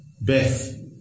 Beth